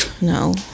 No